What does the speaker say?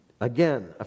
Again